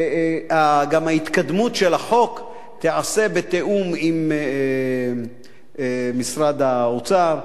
וגם ההתקדמות של החוק תיעשה בתיאום עם משרד האוצר.